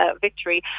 victory